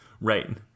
Right